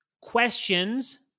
Questions